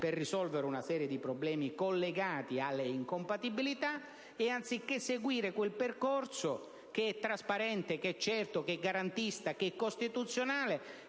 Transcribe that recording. per risolvere una serie di problemi collegati alle incompatibilità. E, anziché seguire quel percorso che è trasparente, certo, garantista e costituzionale,